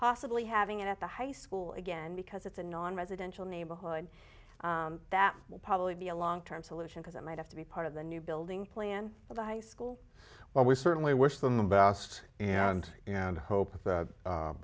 possibly having it at the high school again because it's a non residential neighborhood that will probably be a long term solution because it might have to be part of the new building plan for the high school well we certainly wish them the best and and hope that